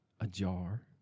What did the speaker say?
ajar